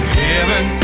heaven